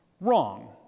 wrong